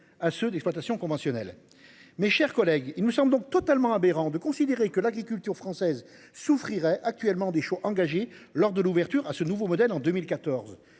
à ceux d'exploitation conventionnelle. Mes chers collègues. Il nous sommes donc totalement aberrant de considérer que l'agriculture française souffrirait actuellement des shows engagés lors de l'ouverture à ce nouveau modèle en 2014